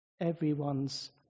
everyone's